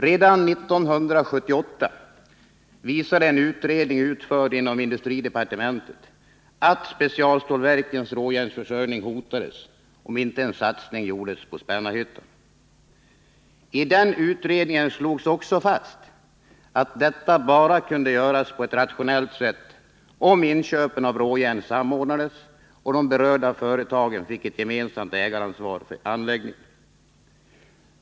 Redan 1978 visade en utredning utförd inom industridepartementet att spécialstålverkens råjärnsförsörjning hotades om inte en satsning gjordes på Spännarhyttan. I den utredningen slogs också fast att detta bara kunde göras på ett rationellt sätt om inköpen av råjärn samordnades och de berörda företagen fick ett gemensamt ägaransvar för anläggningen.